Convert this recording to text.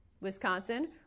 Wisconsin